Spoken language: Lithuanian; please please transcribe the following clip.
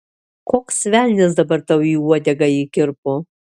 koks velnias dabar tau į uodegą įkirpo